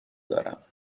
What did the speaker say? دارم